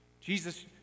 Jesus